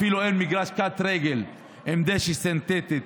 אפילו אין מגרש קט-רגל עם דשא סינתטי.